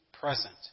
present